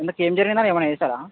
ఎందుకు ఏమి జరిగింది ఏమన్న చేసారా